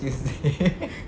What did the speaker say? tuesday